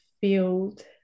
field